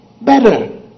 better